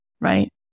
right